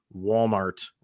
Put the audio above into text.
Walmart